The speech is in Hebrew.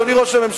אדוני ראש הממשלה,